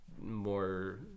more